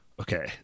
okay